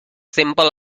simple